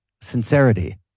sincerity